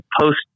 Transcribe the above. post